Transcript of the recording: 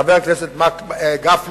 חבר הכנסת גפני,